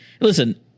Listen